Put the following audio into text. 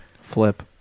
Flip